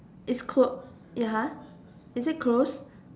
it's closed ya !huh! is it closed